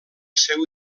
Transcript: seu